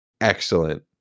Excellent